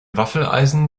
waffeleisen